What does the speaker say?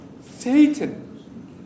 Satan